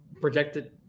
projected